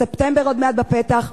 ספטמבר עוד מעט בפתח,